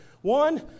One